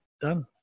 Done